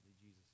Jesus